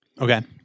Okay